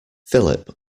philip